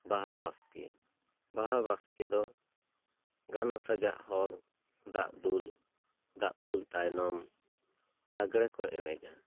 ᱵᱟᱦᱟ ᱵᱟᱥᱠᱮ ᱵᱟᱦᱟ ᱵᱟᱥᱠᱮ ᱫᱚ ᱜᱟᱱᱚᱜ ᱥᱟᱡᱟᱜ ᱦᱚᱲ ᱫᱟᱜ ᱫᱩᱞ ᱫᱟᱜ ᱫᱩᱞ ᱛᱟᱭᱱᱚᱢ ᱞᱟᱜᱽᱲᱮ ᱠᱚ ᱮᱱᱮᱡᱟ